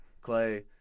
Clay